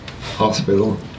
Hospital